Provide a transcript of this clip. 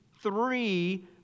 Three